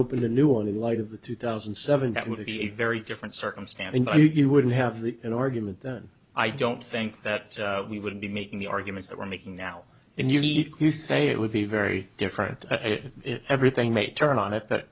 open the new in the light of the two thousand and seven that would be a very different circumstance you wouldn't have the an argument then i don't think that we would be making the arguments that we're making now and unique you say it would be very different if everything may turn on it but